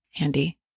Andy